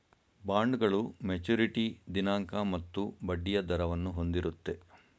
ಬಾಂಡ್ಗಳು ಮೆಚುರಿಟಿ ದಿನಾಂಕ ಮತ್ತು ಬಡ್ಡಿಯ ದರವನ್ನು ಹೊಂದಿರುತ್ತೆ